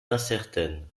incertaine